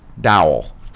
dowel